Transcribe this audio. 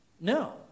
no